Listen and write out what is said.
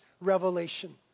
revelation